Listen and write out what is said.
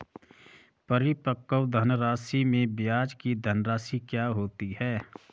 परिपक्व धनराशि में ब्याज की धनराशि क्या होती है?